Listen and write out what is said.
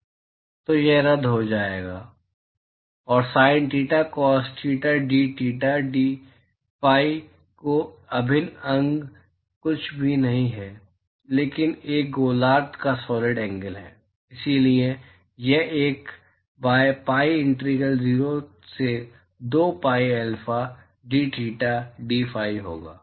तो यह रद्द हो जाएगा और पाप theta cos theta d theta d phi का अभिन्न अंग कुछ भी नहीं है लेकिन एक गोलार्ध का सॉलिड एंगल है इसलिए यह 1 बाय पाई इंटीग्रल 0 से 2 पाई अल्फा दथेटा डीफी होगा